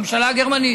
הממשלה הגרמנית.